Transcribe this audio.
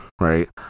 right